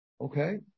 Okay